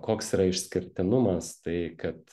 koks yra išskirtinumas tai kad